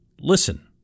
Listen